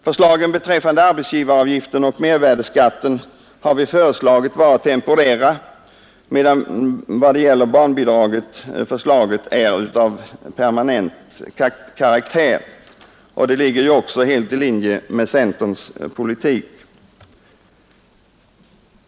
Förslagen beträffande arbetsgivaravgiften och mervärdeskatten har vi föreslagit skall vara temporära, medan i vad det gäller barnbidraget förslaget är av permanent karaktär. Det ligger också helt i linje med centerns politik.